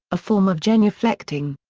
a form of genuflecting.